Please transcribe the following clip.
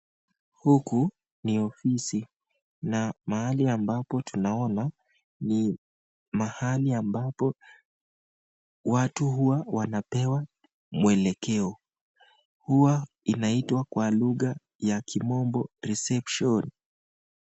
Huku ni ofisi na mahali ambapo tunaona ni mahali ambapo watu wanapewa mwelekeo, huwa inaitwa kwa lugha ya kimombo reception .